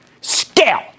Scale